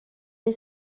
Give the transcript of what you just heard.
est